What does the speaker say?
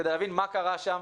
אנחנו רוצים להבין מה קרה שם,